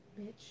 Bitch